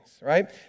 right